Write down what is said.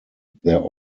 there